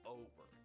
over